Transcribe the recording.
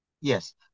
Yes